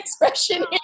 expression